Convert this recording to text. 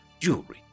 jewelry